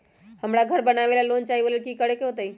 हमरा घर बनाबे ला लोन चाहि ओ लेल की की करे के होतई?